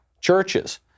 churches